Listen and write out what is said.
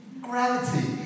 Gravity